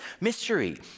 mystery